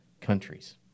countries